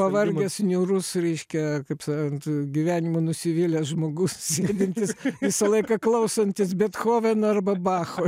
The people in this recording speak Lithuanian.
pavargęs niūrus reiškia kaip sakant gyvenimu nusivylęs žmogus sėdintis visą laiką klausantis bethoveno arba bacho